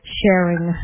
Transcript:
sharing